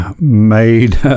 made